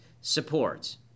supports